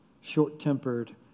short-tempered